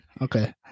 okay